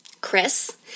Chris